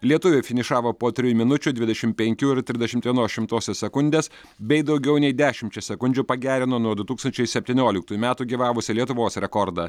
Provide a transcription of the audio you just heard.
lietuviai finišavo po trijų minučių dvidešim penkių ir trisdešimt vienos šimtosios sekundės bei daugiau nei dešimčia sekundžių pagerino nuo du tūkstančiai septynioliktųjų metų gyvavusį lietuvos rekordą